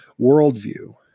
worldview